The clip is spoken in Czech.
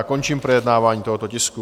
Končím projednávání tohoto tisku.